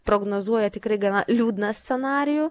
prognozuoja tikrai gana liūdną scenarijų